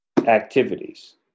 activities